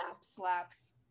slaps